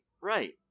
right